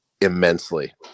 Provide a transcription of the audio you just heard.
Immensely